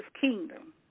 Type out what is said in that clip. kingdom